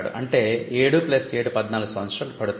అంటే 7 7 14 సంవత్సరాలు పడుతుంది